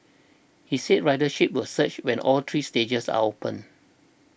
he said ridership will surge when all three stages are open